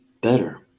better